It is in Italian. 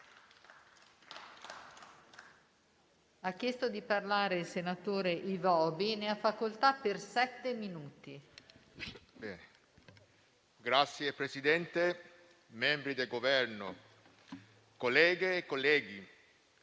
Signor Presidente, membri del Governo, colleghe e colleghi,